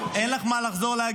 רון כץ (יש עתיד): אין לך מה לחזור להגיב,